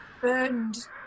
burned